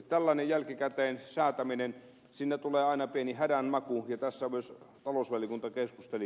tällaisessa jälkikäteen säätämisessä tulee aina pieni hädän maku ja tästä myös talousvaliokunta keskusteli